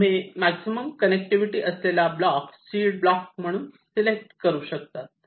तुम्ही maximum connectivity असलेला block seed block म्हणून सिलेक्ट करू शकतात